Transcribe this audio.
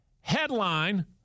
headline